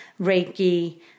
Reiki